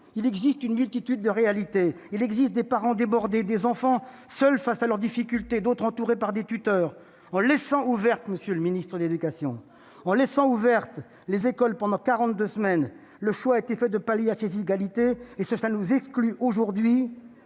il existe une multitude de réalités, des parents débordés, des enfants seuls face à leurs difficultés, d'autres, entourés par des tuteurs. En laissant les écoles ouvertes, monsieur le ministre de l'éducation nationale, pendant 42 semaines, le choix a été fait de pallier ces inégalités, ce qui nous préserve aujourd'hui